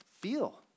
feel